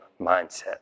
mindset